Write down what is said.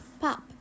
Pop